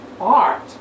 art